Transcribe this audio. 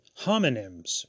homonyms